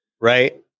Right